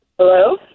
Hello